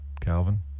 calvin